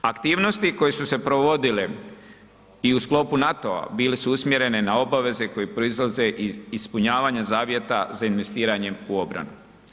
Aktivnosti koje su se provodile i u sklopu NATO-a bile su usmjerene na obaveze koje proizlaze iz ispunjavanja zavjeta za investiranjem u obranu.